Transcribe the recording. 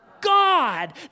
God